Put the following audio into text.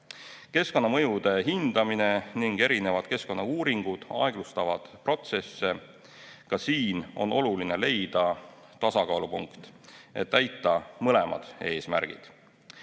keskkonnamõjude hindamine ning erinevad keskkonnauuringud aeglustavad protsesse. Ka siin on oluline leida tasakaalupunkt, et täita mõlemad eesmärgid.